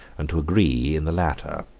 and to agree in the latter.